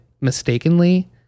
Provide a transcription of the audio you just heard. mistakenly